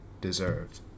deserved